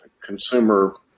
consumer